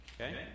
Okay